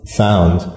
found